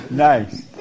Nice